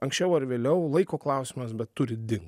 anksčiau ar vėliau laiko klausimas bet turi dinkt